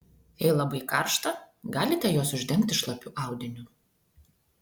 jei labai karšta galite juos uždengti šlapiu audiniu